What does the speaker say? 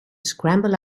scramble